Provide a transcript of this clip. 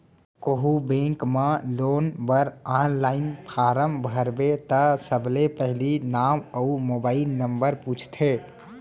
कोहूँ बेंक म लोन बर आनलाइन फारम भरबे त सबले पहिली नांव अउ मोबाइल नंबर पूछथे